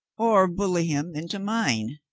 or bully him into mine,